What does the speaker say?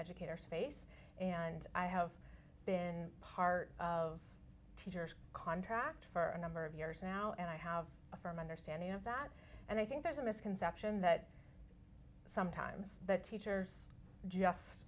educators face and i have been part of teachers contract for a number of years now and i have a firm understanding of that and i think there's a misconception that sometimes the teachers just